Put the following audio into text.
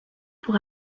pour